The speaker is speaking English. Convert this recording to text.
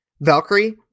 Valkyrie